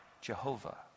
Jehovah